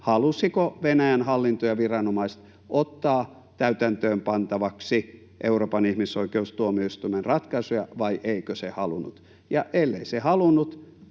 halusiko Venäjän hallinto ja viranomaiset ottaa täytäntöönpantavaksi Euroopan ihmisoikeustuomioistuimen ratkaisuja vai eikö se halunnut, ja ellei se halunnut